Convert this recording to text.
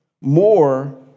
more